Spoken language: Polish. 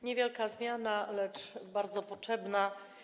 Niewielka zmiana, lecz bardzo potrzebna.